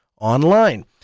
online